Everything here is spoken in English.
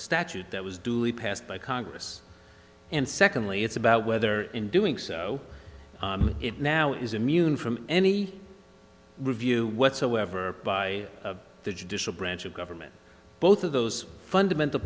statute that was duly passed by congress and secondly it's about whether in doing so it now is immune from any review whatsoever by the judicial branch of government both of those fundamental